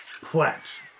plant